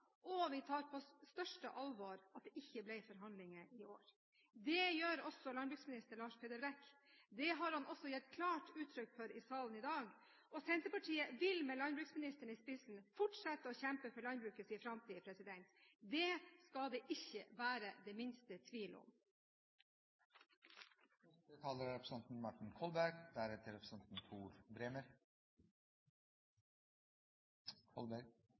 og vi tar på største alvor at det ikke ble forhandlinger i år. Det gjør også landbruksminister Lars Peder Brekk, og det har han også gitt klart uttrykk for i salen i dag. Senterpartiet vil med landbruksministeren i spissen fortsette å kjempe for landbrukets framtid. Det skal det ikke være den minste tvil om. Representanten Martin Kolberg har også hatt ordet to ganger tidligere og får ordet til en kort merknad, begrenset til 1 minutt. Representanten